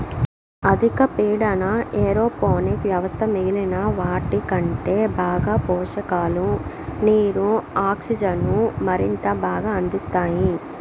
అధిక పీడన ఏరోపోనిక్ వ్యవస్థ మిగిలిన వాటికంటే బాగా పోషకాలు, నీరు, ఆక్సిజన్ను మరింత బాగా అందిస్తాయి